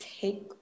take